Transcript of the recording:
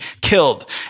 killed